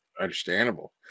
Understandable